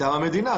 מטעם המדינה.